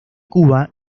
cuba